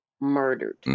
murdered